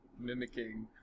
mimicking